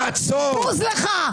בוז לך.